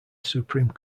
supreme